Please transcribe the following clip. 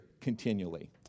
continually